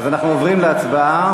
אז אנחנו עוברים להצבעה.